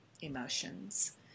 emotions